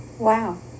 Wow